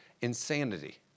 insanity